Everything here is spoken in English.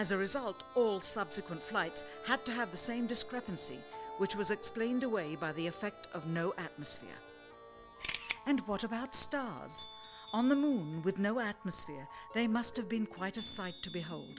as a result all subsequent flights have to have the same discrepancy which was explained away by the effect of no atmosphere and what about stars on the moon with no atmosphere they must have been quite a sight to beho